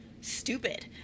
stupid